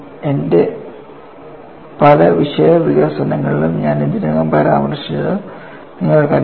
എന്റെ പല വിഷയവികസനങ്ങളിലും ഞാൻ ഇതിനകം പരാമർശിച്ച നിങ്ങൾക്കറിയാം